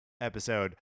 episode